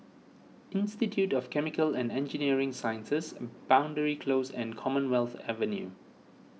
Institute of Chemical and Engineering Sciences Boundary Close and Commonwealth Avenue